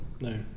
No